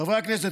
חברי הכנסת,